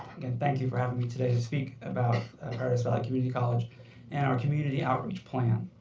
again thank you for having me today to speak about paradise valley community college and our community outreach plan.